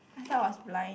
I thought I was blind